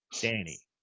Danny